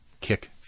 kick